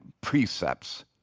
precepts